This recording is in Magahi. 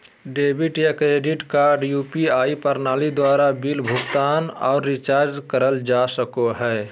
डेबिट या क्रेडिट कार्ड यू.पी.आई प्रणाली द्वारा बिल भुगतान आर रिचार्ज करल जा सको हय